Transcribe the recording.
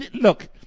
look